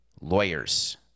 lawyers